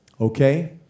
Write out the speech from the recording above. Okay